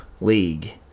League